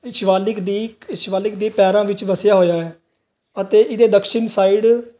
ਇਹ ਸ਼ਿਵਾਲਿਕ ਦੀ ਸ਼ਿਵਾਲਿਕ ਦੇ ਪੈਰਾਂ ਵਿੱਚ ਵਸਿਆ ਹੋਇਆ ਹੈ ਅਤੇ ਇਹਦੇ ਦਕਸ਼ਿਣ ਸਾਈਡ